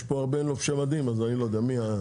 יש פה הרבה לובשי מדים, אני לא יודע מי.